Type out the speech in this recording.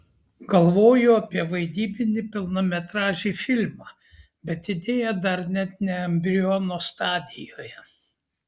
galvoju apie vaidybinį pilnametražį filmą bet idėja dar net ne embriono stadijoje